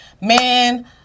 man